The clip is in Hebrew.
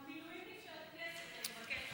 המילואימניק של הכנסת, אני מבקשת.